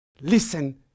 Listen